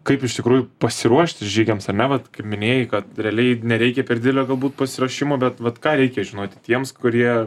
kaip iš tikrųjų pasiruošti žygiams ar ne vat kaip minėjai kad realiai nereikia per didelio galbūt pasiruošimo bet vat ką reikia žinoti tiems kurie